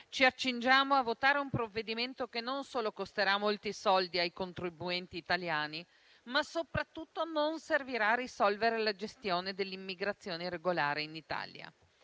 ci accingiamo a votare un provvedimento che non solo costerà molti soldi ai contribuenti italiani, ma che soprattutto non servirà a risolvere la gestione dell'immigrazione irregolare in Italia.